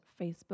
Facebook